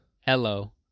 Hello